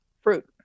Fruit